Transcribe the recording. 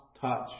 touch